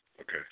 Okay